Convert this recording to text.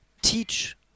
teach